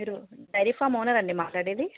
మీరు dairy farm ఓనరా అండి మాట్లాడేది